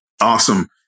awesome